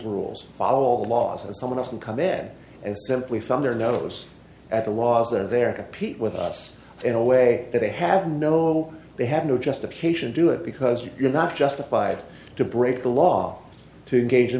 rules follow all the laws and someone else can come in and simply thumb their nose at the laws that are there compete with us in a way that they have no will they have no justification do it because you're not justified to break the law to gauge in